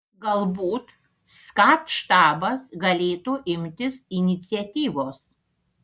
galbūt skat štabas galėtų imtis iniciatyvos